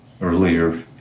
earlier